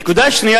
הנקודה השנייה,